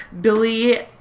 Billy